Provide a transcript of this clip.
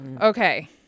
Okay